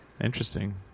Interesting